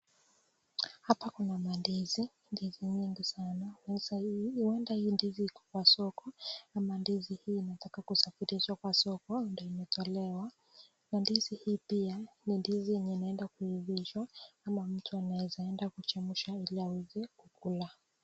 Hapa Kuna ma ndizi, ndizi nyingi sana huenda ndizi hii Iko kwa soko ama ndizi hii inataka kusafirisha kwa soko ndio imetolewa. Mandizi hii pia ni ndizi enye inaenda kuivishwa ama enye mtu anaeza enda kuchemsha Ili aweze kukula.